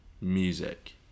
music